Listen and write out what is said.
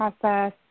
process